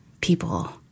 people